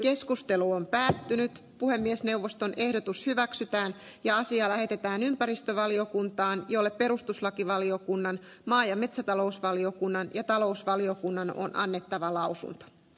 keskustelu on päättynyt puhemiesneuvoston ehdotus hyväksytään ja asia lähetetään ympäristövaliokuntaan jolle perustuslakivaliokunnan maa ja minä vaikka lyön vetoa siitä arvoisa puhemies